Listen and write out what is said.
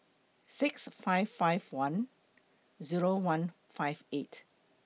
six five five one Zero one five eight